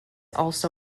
also